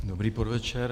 Dobrý podvečer.